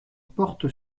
porte